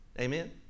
Amen